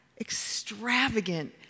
extravagant